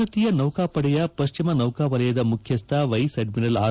ಭಾರತೀಯ ನೌಕಾಪಡೆಯ ಪಶ್ಚಿಮ ನೌಕಾ ವಲಯದ ಮುಖ್ಯಸ್ಟ ವೈಸ್ ಅಡ್ಡಿರಲ್ ಆರ್